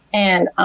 and